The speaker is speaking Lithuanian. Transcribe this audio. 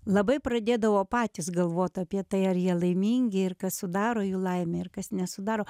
labai pradėdavo patys galvot apie tai ar jie laimingi ir kas sudaro jų laimę ir kas nesudaro